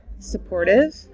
supportive